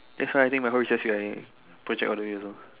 that's why I think my whole relationship I project all the way also